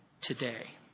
Today